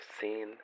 seen